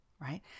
Right